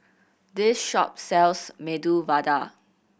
this shop sells Medu Vada